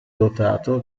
dotato